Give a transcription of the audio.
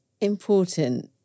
important